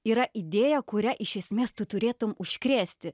yra idėja kuria iš esmės tu turėtum užkrėsti